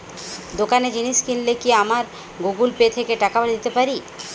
দোকানে জিনিস কিনলে কি আমার গুগল পে থেকে টাকা দিতে পারি?